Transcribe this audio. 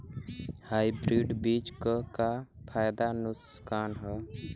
Hybrid बीज क का फायदा नुकसान ह?